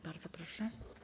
Bardzo proszę.